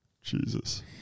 Jesus